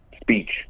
speech